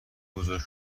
بزرگ